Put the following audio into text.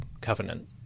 covenant